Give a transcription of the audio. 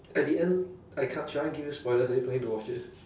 at the end I can't should I give you spoilers are you planning to watch this